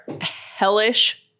hellish